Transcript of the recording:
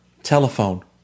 Telephone